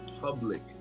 public